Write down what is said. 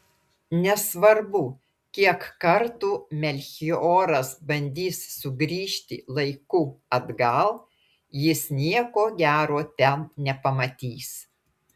nesvarbu kiek kartų melchioras bandys sugrįžti laiku atgal jis nieko gero ten nepamatys